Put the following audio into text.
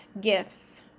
gifts